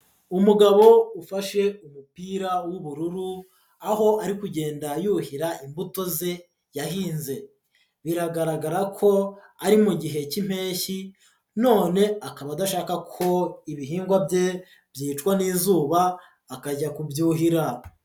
Umugabo ufashe umupira w'ubururu aho ari kugenda yuhira imbuto ze yahinze, biragaragara ko ari mu gihe cy'impeshyi none akaba adashaka ko ibihingwa bye byicwa n'izuba akajya kubyuhira.